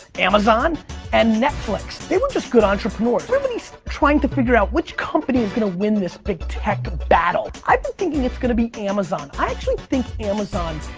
amazon and netflix. they were just good entrepreneurs. everybody's trying to figure out which company is gonna win this big tech battle. i've been thinking it's gonna be amazon. i actually think amazon,